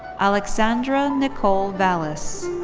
alexandra nicole vallas.